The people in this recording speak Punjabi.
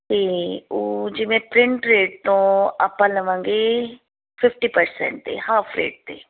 ਅਤੇ ਉਹ ਜਿਵੇਂ ਪ੍ਰਿੰਟ ਰੇਟ ਤੋਂ ਆਪਾਂ ਲਵਾਂਗੇ ਫਿਫਟੀ ਪਰਸੈਂਟ 'ਤੇ ਹਾਫ਼ ਰੇਟ 'ਤੇ